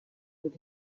with